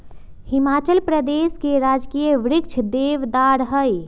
हिमाचल प्रदेश के राजकीय वृक्ष देवदार हई